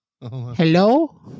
Hello